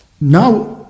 Now